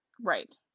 Right